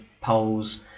polls